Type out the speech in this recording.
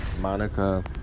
Monica